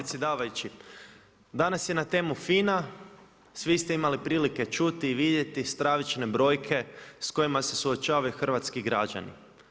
Danas je na temu FINA-a, svi ste imali prilike čuti i vidjeti stravične brojke s kojima se suočavaju hrvatski građani.